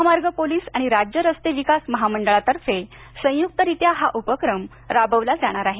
महामार्ग पोलीस आणि राज्य रस्ते विकास महामंडळातर्फे संयुक्तरित्या हा उपक्रम राबवला जाणार आहे